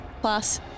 plus